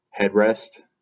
headrest